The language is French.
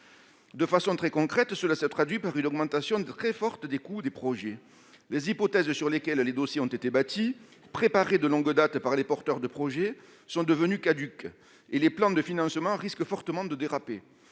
De façon très concrète, cela se traduit par une augmentation très forte des coûts des projets. Les hypothèses sur lesquelles les dossiers ont été bâtis, préparés de longue date par les porteurs de projets, sont devenues caduques. Et les plans de financement risquent fortement de déraper.